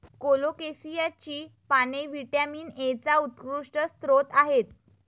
कोलोकेसियाची पाने व्हिटॅमिन एचा उत्कृष्ट स्रोत आहेत